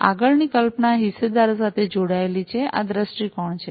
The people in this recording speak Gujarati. આગળની કલ્પના હિસ્સેદારો સાથે જોડાયેલી છે આ દૃષ્ટિકોણ છે